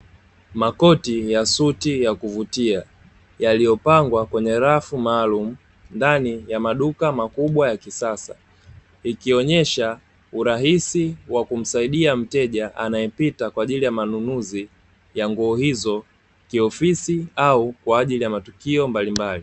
Makoti ya suti ya kuvutia yaliyopangwa kwenye rafu maalumu, ndani ya maduka makubwa ya kisasa, ikionyesha urahisi wa kumsaidia mteja anayepita kwa ajili ya manunuzi, ya nguo hizo kiofisi au kwa ajili ya matukio mbalimbali.